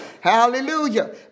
Hallelujah